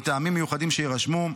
מטעמים מיוחדים שיירשמו,